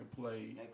play